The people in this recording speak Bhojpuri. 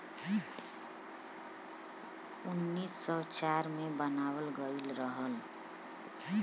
उन्नीस सौ चार मे बनावल गइल रहल